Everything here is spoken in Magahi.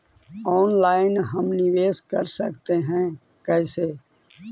ऑनलाइन हम निवेश कर सकते है, कैसे?